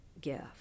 gift